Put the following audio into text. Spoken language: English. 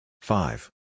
five